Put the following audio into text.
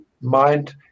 mind